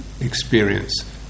experience